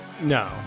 No